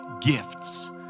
gifts